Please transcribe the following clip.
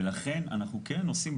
ולכן אנחנו כן עושים,